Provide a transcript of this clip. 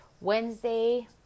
Wednesday